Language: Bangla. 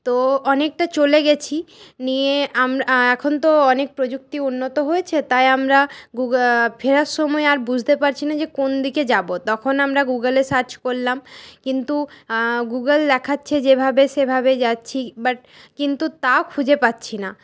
তো অনেকটা চলে গেছি নিয়ে আম এখন তো অনেক প্রযুক্তি উন্নত হয়েছে তাই আমরা গুগ ফেরার সময় আর বুঝতে পারছি না যে কোনদিকে যাবো তখন আমরা গুগলে সার্চ করলাম কিন্তু গুগল দেখাচ্ছে যেভাবে সেভাবে যাচ্ছি বাট কিন্তু তাও খুঁজে পাচ্ছি না